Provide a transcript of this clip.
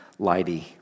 lighty